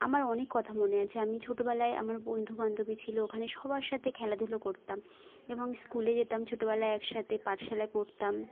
আমার অনেক কথা মনে আছে আমি ছোটোবেলায় আমার বন্ধু বান্ধবী ছিলো ওখানে সবার সঙ্গে খেলাধুলো করতাম এবং স্কুলে যেতাম ছোটোবেলায় একসাথে পাঠশালায় পড়তাম